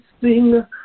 sing